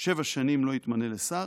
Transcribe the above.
שבע שנים לא יתמנה לשר,